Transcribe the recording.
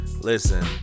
listen